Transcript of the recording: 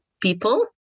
people